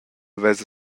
vesa